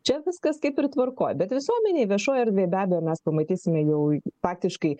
čia viskas kaip ir tvarkoj bet visuomenėj viešoj erdvėj be abejo mes pamatysime jau faktiškai